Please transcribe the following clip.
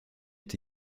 est